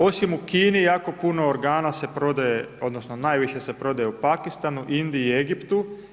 Osim u Kini, jako puno organa se prodaje, odnosno najviše se prodaje u Pakistanu, Indiji, Egiptu.